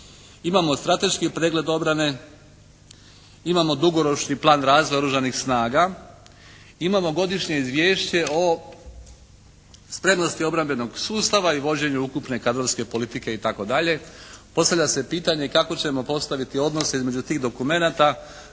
Imamo strateški pregled obrane, imamo dugoročni plan razvoja oružanih snaga, imamo godišnje izvješće o spremnosti obrambenog sustava i vođenju ukupne kadrovske politike itd. Postavlja se pitanje kako ćemo postaviti odnose između tih dokumenata